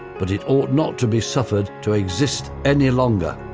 but it ought not to be suffered to exist any longer.